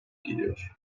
geliyor